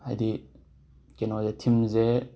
ꯍꯥꯏꯗꯤ ꯀꯩꯅꯣꯁꯦ ꯊꯤꯝꯁꯦ